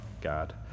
God